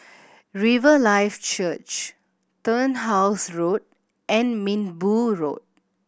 Riverlife Church Turnhouse Road and Minbu Road